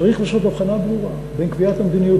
צריך לעשות הבחנה ברורה בין קביעת המדיניות